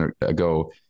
ago